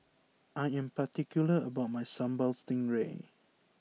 I am particular about my Symbal Stingray